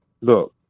Look